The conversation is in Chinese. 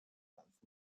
反复